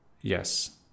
yes